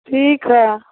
ठीक हइ